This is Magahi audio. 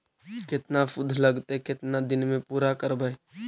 केतना शुद्ध लगतै केतना दिन में पुरा करबैय?